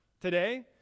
today